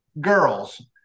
girls